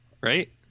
Right